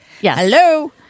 hello